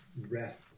rest